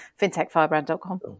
fintechfirebrand.com